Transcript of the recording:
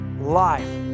life